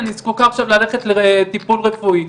אני זקוקה עכשיו ללכת לטיפול רפואי.